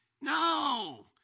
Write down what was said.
No